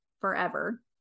forever